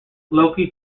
loki